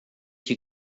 you